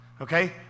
Okay